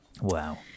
Wow